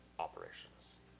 Operations